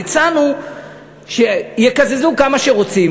הצענו שיקזזו כמה שרוצים,